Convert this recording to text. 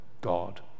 God